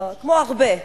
כמו הרבה.